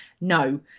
no